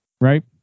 right